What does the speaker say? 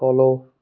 follow